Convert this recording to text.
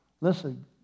Listen